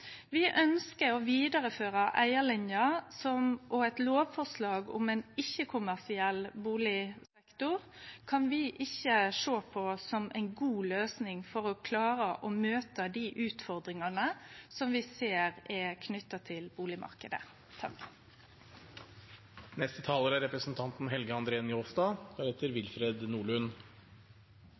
Vi ønskjer å vidareføre eigarlinja, og eit lovforslag om ein ikkje-kommersiell bustadsektor kan vi ikkje sjå på som ei god løysing for å klare å møte dei utfordringane som vi ser er knytte til bustadmarknaden. Som saksordføraren var inne på, trur eg alle er